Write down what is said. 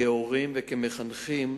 כהורים וכמחנכים,